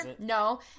no